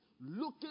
looking